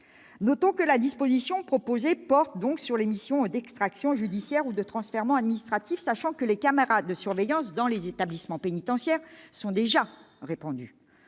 notons que la disposition proposée porte sur les missions d'extractions judiciaires ou de transfèrements administratifs, sachant que les caméras de surveillance dans les établissements pénitentiaires sont déjà répandues.